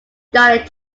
started